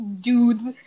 dudes